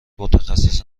متخصص